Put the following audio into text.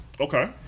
Okay